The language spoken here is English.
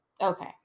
Okay